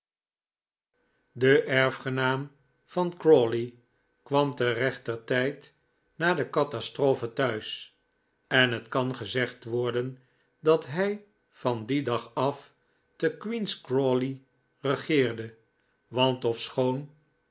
e erfgenaam van crawley kwam te rechter tijd na de catastrophe thuis en het i kan gezegd worden dat hij van dien dag af te queen's crawley regeerde want